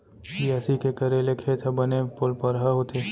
बियासी के करे ले खेत ह बने पोलपरहा होथे